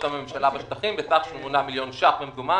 הממשלה בשטחים בסך 8 מיליון שקלים במזומן,